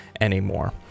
anymore